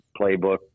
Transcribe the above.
playbook